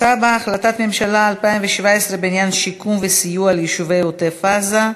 החלטת הממשלה 2017 בעניין שיקום וסיוע ליישובי עוטף-עזה,